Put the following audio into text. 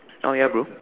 oh ya bro